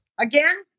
again